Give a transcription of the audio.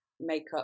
makeup